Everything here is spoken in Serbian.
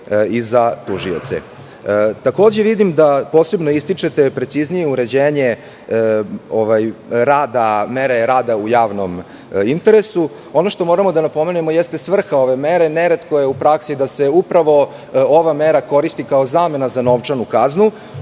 za tužioce. Takođe, vidim da posebno ističete preciznije uređenje mere rada u javnom interesu. Ono što moramo da napomenemo jeste svrha ove mere. Neretko je u praksi da se upravo ova mera koristi kao zamena za novčanu kaznu,